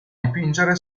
dipingere